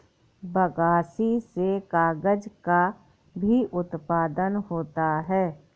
बगासी से कागज़ का भी उत्पादन होता है